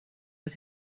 but